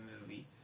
movie